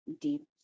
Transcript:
deep